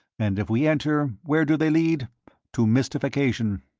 and if we enter where do they lead to mystification.